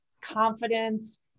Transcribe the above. confidence